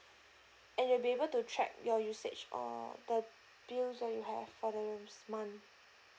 and you'll be able to track your usage or the bills that you have for the rooms month